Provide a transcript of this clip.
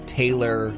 taylor